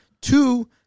Two